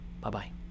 Bye-bye